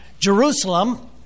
Jerusalem